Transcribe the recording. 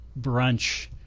brunch